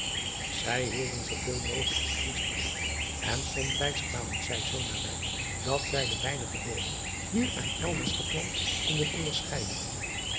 ij hielden zooveel mogelijk de riesche ust en somtijds kwamem zij zoo nabij dat zij de weinige boomen hier en elders geplant konden onderscheiden